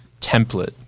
template